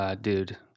dude